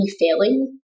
failing